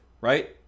right